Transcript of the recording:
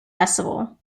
festival